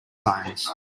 signs